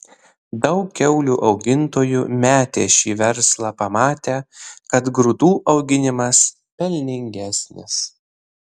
daug kiaulių augintojų metė šį verslą pamatę kad grūdų auginimas pelningesnis